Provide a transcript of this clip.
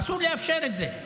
אסור לאפשר את זה.